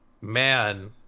Man